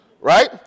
Right